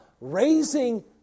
raising